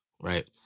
right